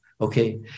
okay